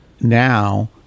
now